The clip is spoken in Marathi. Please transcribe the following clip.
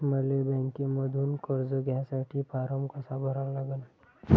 मले बँकेमंधून कर्ज घ्यासाठी फारम कसा भरा लागन?